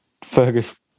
Fergus